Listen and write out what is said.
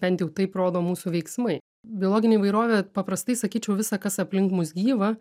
bent jau taip rodo mūsų veiksmai biologinė įvairovė paprastai sakyčiau visa kas aplink mus gyva